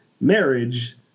marriage